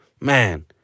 man